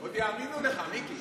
עוד יאמינו לך, מיקי.